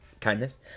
kindness